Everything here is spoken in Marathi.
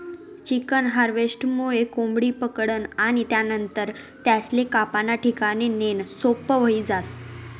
चिकन हार्वेस्टरमुये कोंबडी पकडनं आणि त्यानंतर त्यासले कापाना ठिकाणे नेणं सोपं व्हयी जास